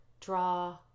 draw